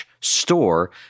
store